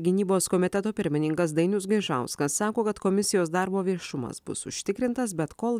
gynybos komiteto pirmininkas dainius gaižauskas sako kad komisijos darbo viešumas bus užtikrintas bet kol